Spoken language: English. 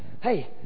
Hey